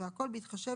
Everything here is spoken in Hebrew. והכול בהתחשב